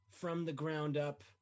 from-the-ground-up